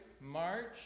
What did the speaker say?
March